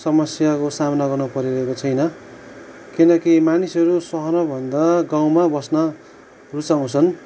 समस्याको सामना गर्नु परिरहेको छैन किनकि मानिसहरू सहरमा भन्दा गाउँमा बस्न रुचाउँछन्